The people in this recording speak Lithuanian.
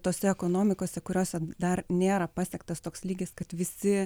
tose ekonomikose kuriose dar nėra pasiektas toks lygis kad visi